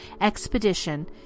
expedition